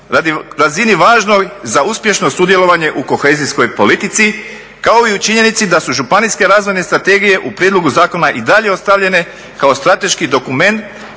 razini važnoj za uspješno sudjelovanje u kohezijskog politici kao i u činjenici da su županijske razvojne strategije u prijedlogu zakona i dalje ostavljene kao strateški dokument